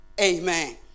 Amen